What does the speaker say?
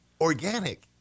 organic